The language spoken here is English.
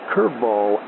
Curveball